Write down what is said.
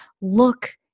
look